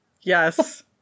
yes